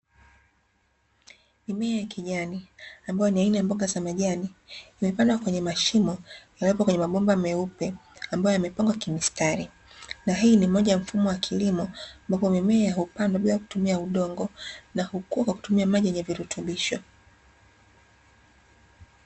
Mimea ya kijani ambayo ni aina ya mboga za majani, imepandwa kwenye mashimo yaliyopo kwenye mabomba meupe ambayo yamepangwa kimistari. Na hii ni moja ya mfumo wa kilimo ambapo mimea hupandwa bila kutumia udongo, na hukua kwa kutumia maji yenye virutubisho.